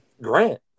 Grant